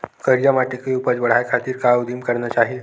करिया माटी के उपज बढ़ाये खातिर का उदिम करना चाही?